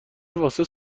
واسه